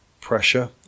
pressure